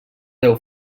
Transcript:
deu